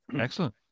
Excellent